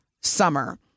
summer